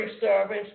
service